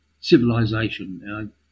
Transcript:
civilization